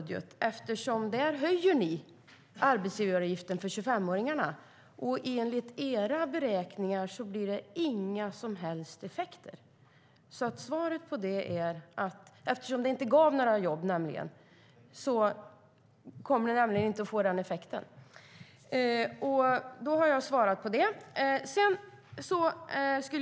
Där höjer ni arbetsgivaravgiften för 25-åringarna, och enligt era beräkningar blir det inga som helst effekter. Svaret är alltså att eftersom sänkningen inte gav några jobb kommer det inte att bli någon effekt. Då har jag svarat på det.